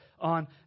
on